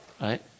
Right